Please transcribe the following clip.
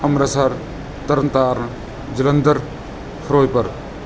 Amritsar Tarn Taran Jalandhar Firozpur